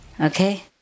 okay